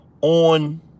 on